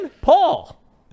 Paul